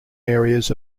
areas